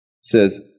says